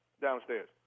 downstairs